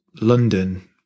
London